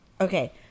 Okay